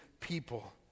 people